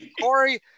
Corey